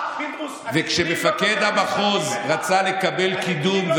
מפקד המחוז רצה לקבל קידום,